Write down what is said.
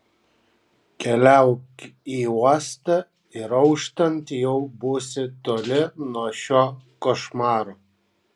keliauk į uostą ir auštant jau būsi toli nuo šio košmaro